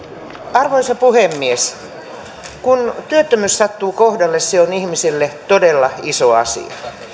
arvoisa puhemies kun työttömyys sattuu kohdalle se on ihmiselle todella iso asia